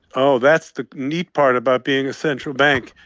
oh, that's the neat part about being a central bank.